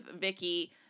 Vicky